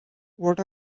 what